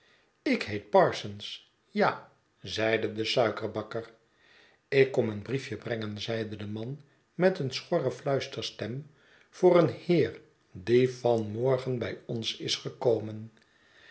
ik heet parsons ja zeide de suikerbakker ik kom een briefje brengen zeide de man met een schorre fluisterstem voor een heer die van morgen bij ons is gekomen